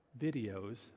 videos